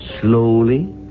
slowly